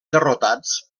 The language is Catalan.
derrotats